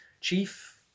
Chief